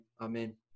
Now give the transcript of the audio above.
Amen